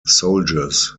soldiers